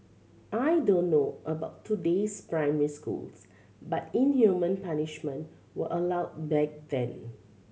I don't know about today's primary schools but inhumane punishment was allowed back then